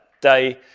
day